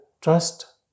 trust